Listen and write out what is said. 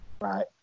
Right